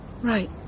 Right